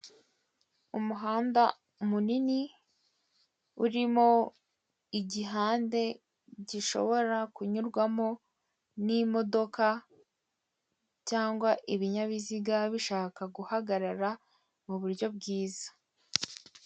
Umuhanda munini urimo igihande gishobora kunyurwamo n'imodoka cyangwa ibinyabiziga bishaka guhagarara mu buryo bwiza.